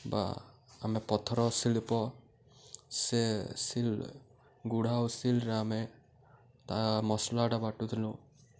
ବା ଆମେ ପଥର ଶିଳ୍ପ ସେ ସିଲ୍ ଗୁଢ଼ା ଓ ସିଲରେ ଆମେ ତା ମସଲାଟା ବାଟୁଥିଲୁ